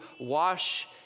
Wash